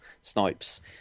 Snipes